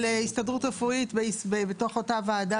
הסתדרות רפואית בתוך אותה ועדה של שמונה.